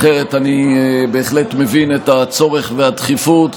אחרת, אני מבין בהחלט את הצורך ואת הדחיפות,